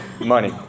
money